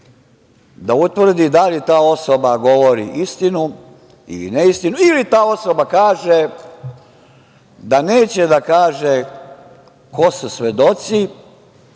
da utvrdi da li ta osoba govori istinu ili neistinu ili ta osoba kaže da neće da kaže ko su svedoci,